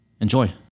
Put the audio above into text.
Enjoy